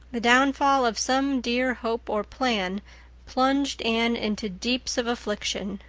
the downfall of some dear hope or plan plunged anne into deeps of affliction.